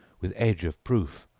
with edge of proof,